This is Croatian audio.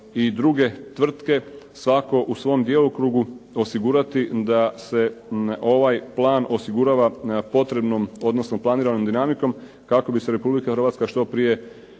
i druge tvrtke, svako u svom djelokrugu da se ovaj plan osigurava u potrebnom, odnosno planiranom dinamikom kako bi se Republika Hrvatska što prije